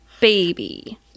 baby